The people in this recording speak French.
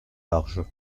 large